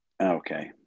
okay